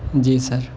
جی سر